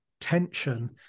tension